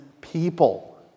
people